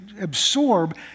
absorb